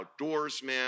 outdoorsman